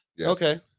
okay